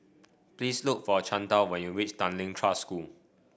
please look for Chantal when you reach Tanglin Trust School